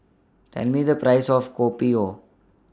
Tell Me The Price of Kopi O